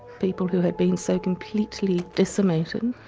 people who have been so completely decimated,